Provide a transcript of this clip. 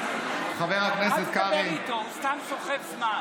קרעי, אל תדבר איתו, הוא סתם סוחב זמן.